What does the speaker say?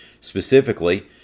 specifically